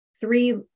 three